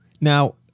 Now